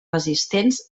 resistents